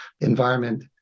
environment